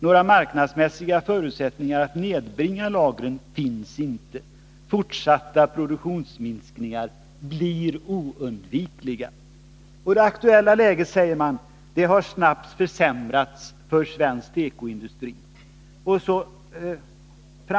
Några marknadsmässiga förutsättningar att nedbringa lagren fanns inte. Fortsatta produktionsminskningar blev oundvikliga.” Beträffande det aktuella läget säger man att detta har snabbt försämrats för svenskt tekoindustri.